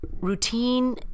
Routine